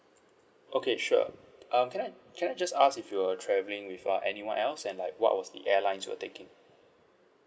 okay sure um can I can I just ask if you were travelling with uh anyone else and like what was the airlines were taking